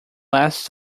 last